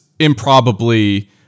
improbably